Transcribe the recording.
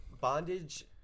bondage